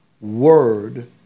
word